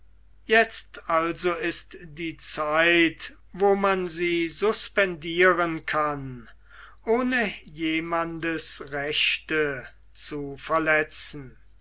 jetzt also ist die zeit wo man sie suspendieren kann ohne jemandes rechte zu verletzen